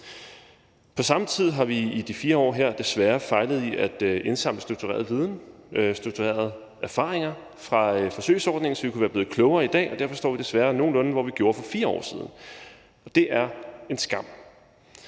På samme tid har vi i de 4 år her desværre fejlet i at indsamle struktureret viden, strukturerede erfaringer fra forsøgsordningen, så vi kunne have været blevet klogere i dag, og derfor står vi desværre nogenlunde, hvor vi stod for 4 år siden – og det er en skam.